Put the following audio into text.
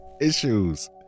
issues